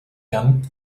gun